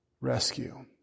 rescue